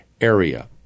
area